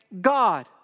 God